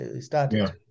started